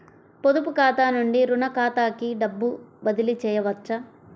పొదుపు ఖాతా నుండీ, రుణ ఖాతాకి డబ్బు బదిలీ చేయవచ్చా?